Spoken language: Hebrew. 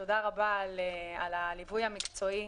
תודה רבה על הליווי המקצועי.